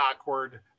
awkward